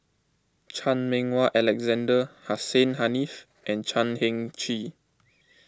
Chan Meng Wah Alexander Hussein Haniff and Chan Heng Chee